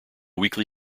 weekly